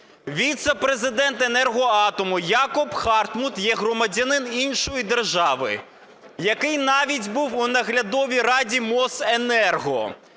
віце-президент "Енергоатому" Якоб Хартмут є громадянином іншої держави, який навіть був у наглядовій раді "Мосенерго",